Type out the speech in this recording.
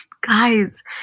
Guys